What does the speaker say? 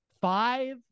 Five